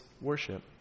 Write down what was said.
worship